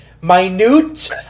minute